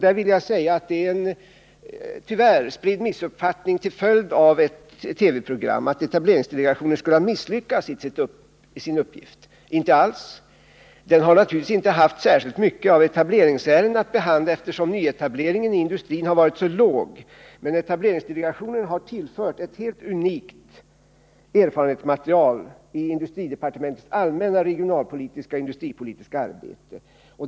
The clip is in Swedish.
Där vill jag säga att det tyvärr är en spridd missuppfattning, till följd av ett TV-program, att etableringsdelegationen skulle ha misslyckats i sin uppgift. Så är det inte alls. Den har naturligtvis inte haft särskilt mycket av etableringsärenden att behandla eftersom nyetableringen inom industrin har varit så låg. Men etableringsdelegationen har tillfört ett helt unikt erfarenhetsmaterial till industridepartementets allmänna regionalpolitisk-industripolitiska arbete.